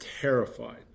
terrified